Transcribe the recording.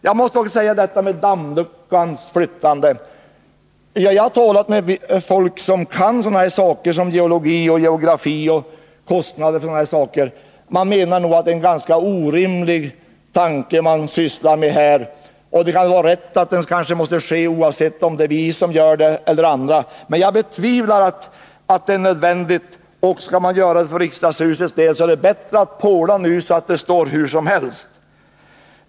Beträffande förflyttning av dammluckan så har jag talat med folk som kan sådana saker som geologi och geografi och som kan bedöma kostnaderna för en sådan flyttning. De menar nog att det är en ganska orimlig tanke man är inne på här. Det kan vara riktigt att dammluckan måste flyttas, oavsett om det blir riksdagen eller andra som bestämmer om det. Men jag betvivlar att det är nödvändigt. Och skall man vidta några åtgärder för riksdagshusets del är det bättre att påla nu så att huset står under alla förhållanden.